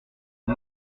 dix